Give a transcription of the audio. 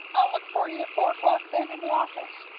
i'll look for you at four o'clock then, in the office.